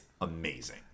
amazing